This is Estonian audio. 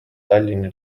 tallinna